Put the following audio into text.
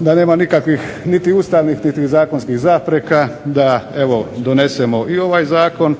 da nema nikakvih niti ustavnih niti zakonskih zapreka da evo donesemo i ovaj zakon,